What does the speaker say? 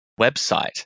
website